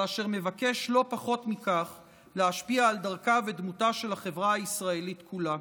ואשר מבקש לא פחות מכך להשפיע על דרכה ודמותה של החברה הישראלית כולה.